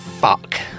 fuck